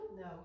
no